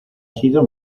sido